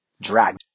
drag